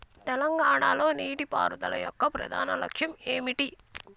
తెలంగాణ లో నీటిపారుదల యొక్క ప్రధాన లక్ష్యం ఏమిటి?